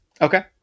Okay